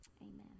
Amen